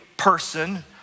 Person